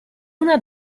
una